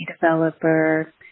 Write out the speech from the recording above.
developer